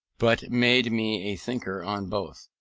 but made me a thinker on both.